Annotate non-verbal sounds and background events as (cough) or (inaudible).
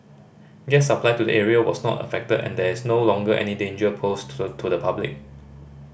gas supply to the area was not affected and there is no longer any danger posed (unintelligible) to the public